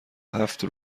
هفت